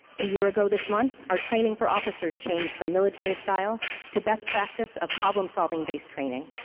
a year ago this month, our training for officers changed from military style to best practice of problem-solving based training.